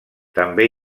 també